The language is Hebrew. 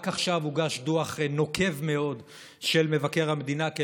רק עכשיו הוגש דוח נוקב מאוד של מבקר המדינה על